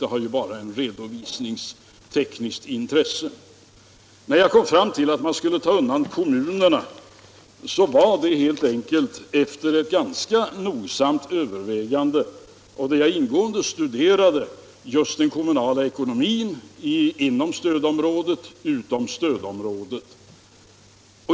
Det har bara ett redovisningstekniskt intresse. Min ståndpunkt att kommunerna skulle undantas intog jag efter ett ganska nogsamt övervägande, där jag ingående studerade den kommunala ekonomin inom och utom inre stödområdet.